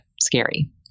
scary